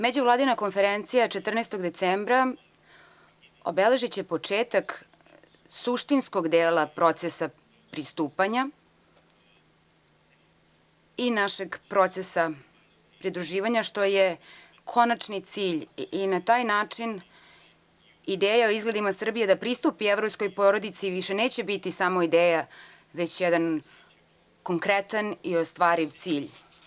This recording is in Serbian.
Međuvladina konferencija 14. decembra obeležiće početak suštinskog dela procesa pristupanja i našeg procesa pridruživanja, što je konačni cilj, i na taj način ideja o izgledima Srbije da pristupi evropskoj porodici više neće biti samo ideja, već jedan konkretan i ostvariv cilj.